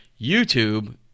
YouTube